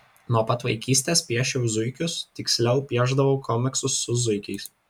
nuo pat vaikystės piešiau zuikius tiksliau piešdavau komiksus su zuikiais